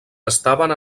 estaven